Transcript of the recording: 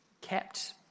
kept